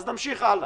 אז נמשיך הלאה.